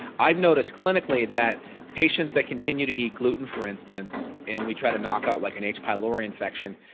i've noticed clinically that patients that continue to eat gluten for instance, and we try to knock out like an h. pylori infection,